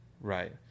Right